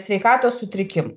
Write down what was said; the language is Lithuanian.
sveikatos sutrikimų